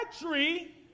tree